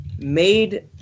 made